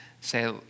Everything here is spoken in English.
Say